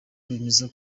bemeza